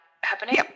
happening